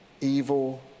evil